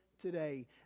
today